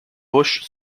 busch